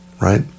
right